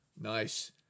nice